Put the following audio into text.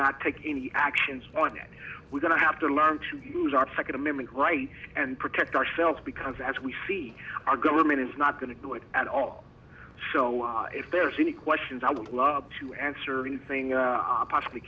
not take any actions on it we're going to have to learn to use our second amendment right and protect ourselves because as we see our government is not going to do it at all if there's any questions i would love to answer anything possibly